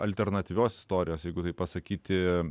alternatyvios istorijos jeigu taip pasakyti